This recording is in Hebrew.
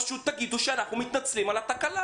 פשוט תגידו שאתם מתנצלים על התקלה.